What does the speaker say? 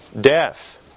death